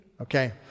Okay